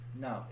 No